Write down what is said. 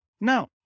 No